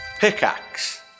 Pickaxe